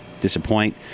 disappoint